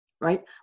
right